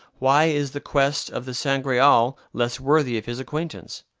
why is the quest of the sangreal less worthy of his acquaintance?